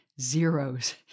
zeros